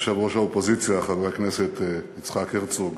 יושב-ראש האופוזיציה, חבר הכנסת יצחק הרצוג,